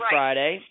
Friday